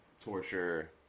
torture